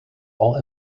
all